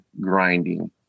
grinding